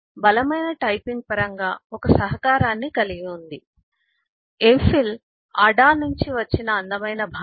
అడా బలమైన టైపింగ్ పరంగా ఒక సహకారాన్ని కలిగి ఉంది ఈఫిల్ అడా నుండి వచ్చిన అందమైన భాష